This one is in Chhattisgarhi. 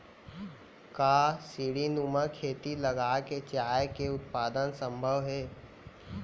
का सीढ़ीनुमा खेती लगा के चाय के उत्पादन सम्भव हे?